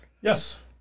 Yes